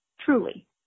truly